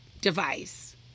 device